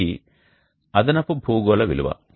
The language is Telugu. ఇది అదనపు భూగోళ విలువ